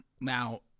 Now